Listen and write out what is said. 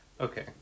Okay